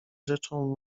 rzeczą